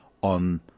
on